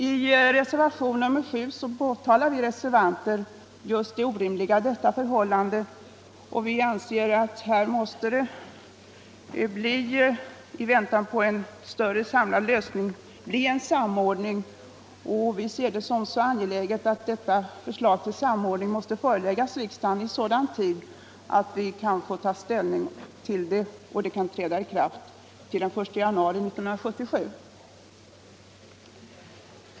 I reservation nr 7 påtalar vi reservanter det orimliga i detta förhållande och anser att det måste bli en samordning i väntan på en större samlad lösning. Vi ser detta som så angeläget att förslag måste föreläggas riksdagen i sådan tid att denna samordning kan träda i kraft den 1 januari 1977.